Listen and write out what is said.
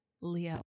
Leo